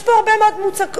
יש פה הרבה מאוד מצוקות.